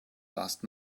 last